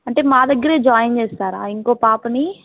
అంటే మా దగ్గరే జాయిన్ చేస్తారా ఇంకొక పాపని